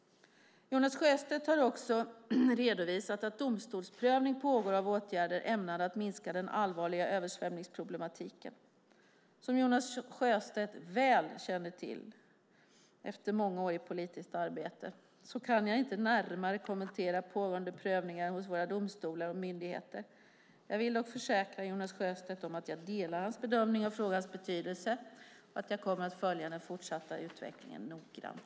Jonas Sjöstedt har också redovisat att domstolsprövning pågår av åtgärder ämnade att minska den allvarliga översvämningsproblematiken. Som Jonas Sjöstedt väl känner till efter många år i politiskt arbete kan jag inte närmare kommentera pågående prövningar hos våra domstolar och myndigheter. Jag vill dock försäkra Jonas Sjöstedt att jag delar hans bedömning av frågans betydelse och att jag kommer att följa den fortsatta utvecklingen noggrant.